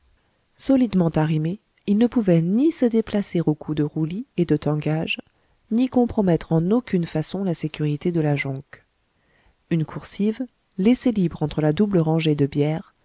solidement arrimés ils ne pouvaient ni se déplacer aux coups de roulis et de tangage ni compromettre en aucune façon la sécurité de la jonque une coursive laissée libre entre la double rangée de bières